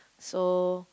so